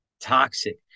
toxic